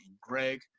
Greg